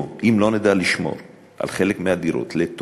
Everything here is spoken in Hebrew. אם לא נדע לשמור על חלק מהדירות לטובת המוגבלים,